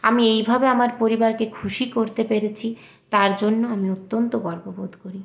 আমি এইভাবে আমার পরিবারকে খুশি করতে পেরেছি তার জন্য আমি অত্যন্ত গর্ব বোধ করি